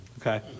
Okay